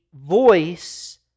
voice